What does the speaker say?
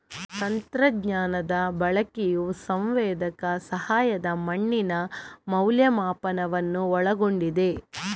ತಂತ್ರಜ್ಞಾನದ ಬಳಕೆಯು ಸಂವೇದಕ ಸಹಾಯದ ಮಣ್ಣಿನ ಮೌಲ್ಯಮಾಪನವನ್ನು ಒಳಗೊಂಡಿದೆ